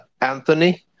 Anthony